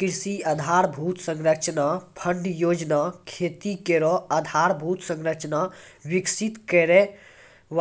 कृषि आधारभूत संरचना फंड योजना खेती केरो आधारभूत संरचना विकसित करै